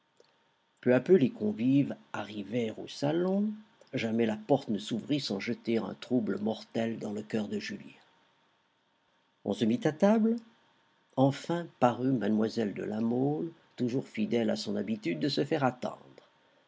peu à peu les convives arrivèrent au salon jamais la porte ne s'ouvrit sans jeter un trouble mortel dans le coeur de julien on se mit à table enfin parut mlle de la mole toujours fidèle à son habitude de se faire attendre